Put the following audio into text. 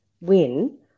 win